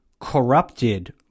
corrupted